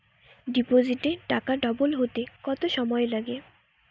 ডিপোজিটে টাকা ডবল হতে কত সময় লাগে?